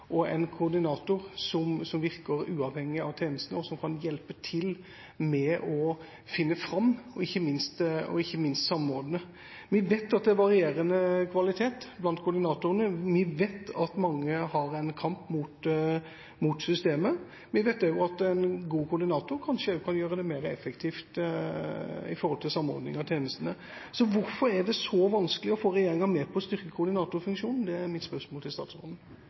trenger en koordinator, en koordinator som virker uavhengig av tjenesten, og som kan hjelpe til med å finne fram og ikke minst samordne. Vi vet at det er varierende kvalitet blant koordinatorene. Vi vet at mange kjemper en kamp mot systemet. Vi vet også at en god koordinator kanskje kan arbeide mer effektivt når det gjelder samordning av tjenestene. Hvorfor er det så vanskelig å få regjeringa med på å styrke koordinatorfunksjonen? Det er mitt spørsmål til statsråden.